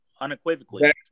Unequivocally